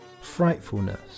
frightfulness